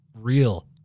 real